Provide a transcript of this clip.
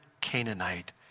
Canaanite